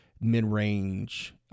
mid-range